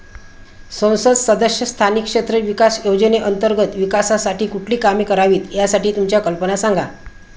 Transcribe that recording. संसद सदस्य स्थानिक क्षेत्र विकास योजने अंतर्गत विकासासाठी कुठली कामे करावीत, यासाठी तुमच्या कल्पना सांगा